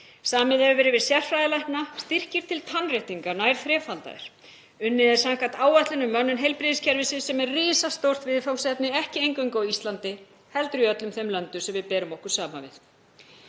Samið hefur verið við sérfræðilækna, styrkir til tannréttinga nær þrefaldaðir. Unnið er samkvæmt áætlun um mönnun heilbrigðiskerfisins sem er risastórt viðfangsefni, ekki eingöngu á Íslandi heldur í öllum þeim löndum sem við berum okkur saman við.